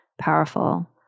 powerful